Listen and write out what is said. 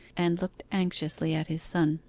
and looked anxiously at his son.